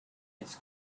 it’s